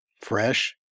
fresh